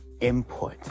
input